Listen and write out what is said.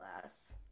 glass